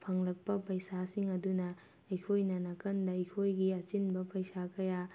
ꯐꯪꯂꯛꯄ ꯄꯩꯁꯥꯁꯤꯡ ꯑꯗꯨꯅ ꯑꯩꯈꯣꯏꯅ ꯅꯥꯀꯟꯗ ꯑꯩꯈꯣꯏꯒꯤ ꯑꯆꯤꯟꯕ ꯄꯩꯁꯥ ꯀꯌꯥ